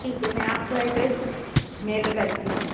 ठीक है मैं आपको एड्रेस मेल भी करती हूँ